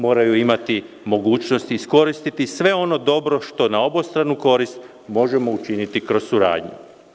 Moraju imati mogućnosti iskoristiti sve ono dobro što na obostranu korist možemo učiniti kroz suradnju.